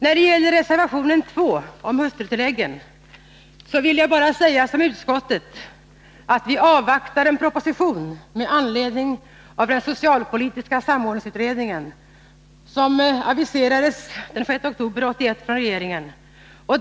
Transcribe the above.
När det gäller reservation 2 om hustrutilläggen vill jag hänvisa till att utskottet säger att vi avvaktar en proposition med anledning av den socialpolitiska samordningsutredningen. Den aviserades den 6 oktober 1981 från regeringen.